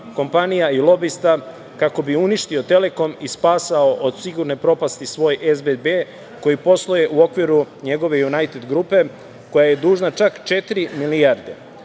kompanija i lobista kako bi uništio „Telekom“ i spasao od sigurne propasti svoj SBB koji posluje u okviru njegove „Junajted grupe“, koja je dužna čak četiri milijarde.